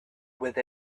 with